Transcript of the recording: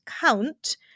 count